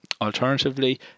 Alternatively